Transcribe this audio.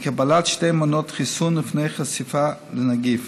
קבלת שתי מנות חיסון לפני החשיפה לנגיף.